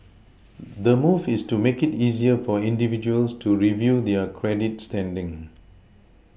the move is to make it easier for individuals to review their credit standing